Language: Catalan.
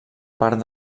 part